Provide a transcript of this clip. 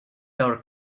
door